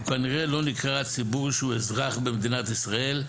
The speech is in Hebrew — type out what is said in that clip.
הוא כנראה לא נקרא הציבור שהוא אזרח במדינת ישראל,